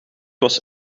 was